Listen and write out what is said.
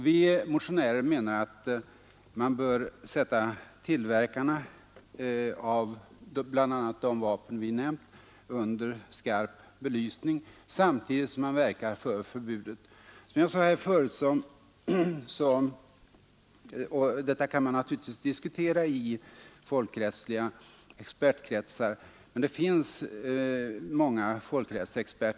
Vi motionärer menar att man bör sätta tillverkarna av bl.a. de vapen vi nämnt under skarp belysning, samtidigt som man verkar för förbudet. Och detta kan man naturligtvis diskutera i folksrättsliga expertkretsar. Är det nödvändigt med ett specifikt förbud mot ett speciellt vapen?